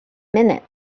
minutes